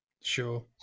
Sure